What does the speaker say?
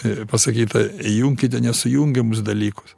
ir pasakyta junkite nesujungiamus dalykus